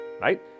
right